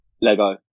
Lego